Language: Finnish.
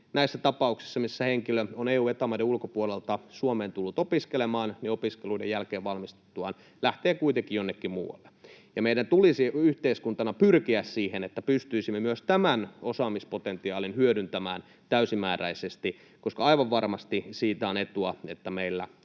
näissä tapauksissa, missä henkilö on EU- ja Eta-maiden ulkopuolelta Suomeen tullut opiskelemaan, opiskeluiden jälkeen valmistuttuaan lähtee kuitenkin jonnekin muualle. Meidän tulisi yhteiskuntana pyrkiä siihen, että pystyisimme myös tämän osaamispotentiaalin hyödyntämään täysimääräisesti, koska aivan varmasti on etua siitä, että meillä